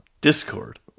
Discord